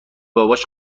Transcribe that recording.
باباش